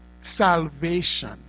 salvation